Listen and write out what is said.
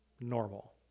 normal